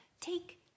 Take